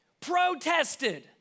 protested